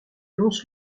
lons